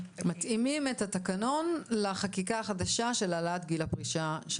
מתאימים את התקנון לחקיקה החדשה של העלאת גיל הפרישה,